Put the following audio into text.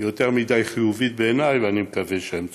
יותר מדי חיובית בעיניי, ואני מקווה שהם צודקים.